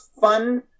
fun